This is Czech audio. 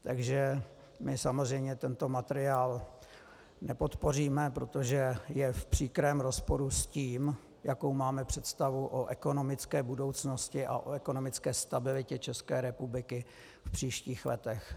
Takže my samozřejmě tento materiál nepodpoříme, protože je v příkrém rozporu s tím, jakou máme představu o ekonomické budoucnosti a o ekonomické stabilitě České republiky v příštích letech.